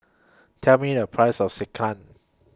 Tell Me The Price of Sekihan